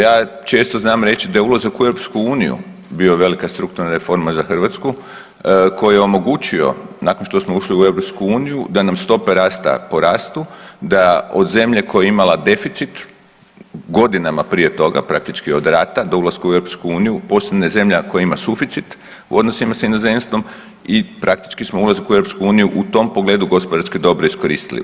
Ja često znam reći da je ulazak u EU bio velika strukturna reforma za Hrvatsku koji je omogućio nakon što smo ušli u EU da nam stope rasta porastu da od zemlje koja je imala deficit godinama prije toga, praktički od rata, do ulaska u EU postane zemlja koja ima suficit u odnosima s inozemstvom i praktički smo ulazak u EU u tom pogledu gospodarski dobro iskoristili.